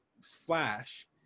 flash